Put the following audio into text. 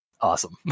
awesome